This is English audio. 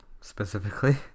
specifically